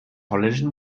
holländischen